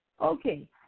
Okay